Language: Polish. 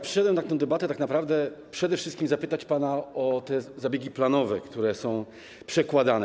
Przyszedłem na tę debatę tak naprawdę przede wszystkim zapytać pana o te zabiegli planowe, które są przekładane.